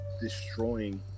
destroying